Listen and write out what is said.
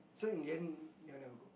so in the end you all never go